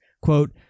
Quote